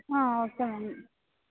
ಹಾಂ okay ma'am